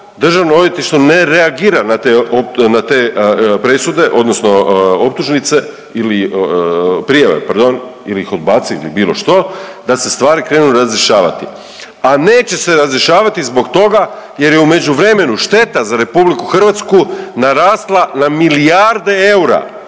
dok DORH ne reagira na te presude odnosno optužnice ili prijave, pardon ili ih odbaci ili bilo što, da se stvari krenu razrješavati, a neće se razrješavati zbog toga jer je u međuvremenu šteta za RH narasla na milijarde eura